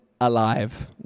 alive